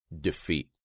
defeat